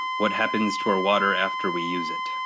what happens to our water after we use it?